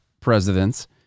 presidents